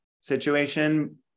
situation